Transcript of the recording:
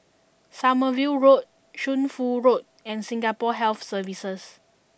Sommerville Road Shunfu Road and Singapore Health Services